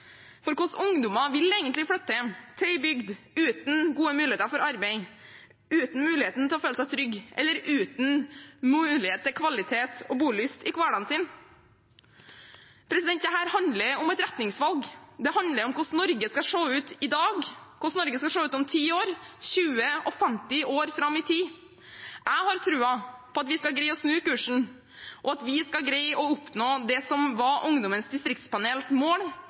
For hvilke ungdommer vil egentlig flytte hjem til en bygd uten gode muligheter for arbeid, uten muligheten til å føle seg trygg eller uten muligheter til kvalitet og bolyst i hverdagen sin? Dette handler om et retningsvalg. Det handler om hvordan Norge skal se ut i dag, og hvordan Norge skal se ut 10, 20 og 50 år fram i tid. Jeg har troen på at vi skal greie å snu kursen, og at vi skal greie å oppnå det som var Ungdommens distriktspanels mål,